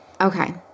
Okay